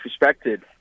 disrespected